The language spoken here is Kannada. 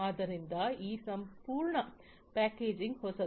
ಆದ್ದರಿಂದ ಈ ಸಂಪೂರ್ಣ ಪ್ಯಾಕೇಜಿಂಗ್ ಹೊಸದು